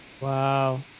Wow